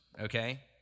okay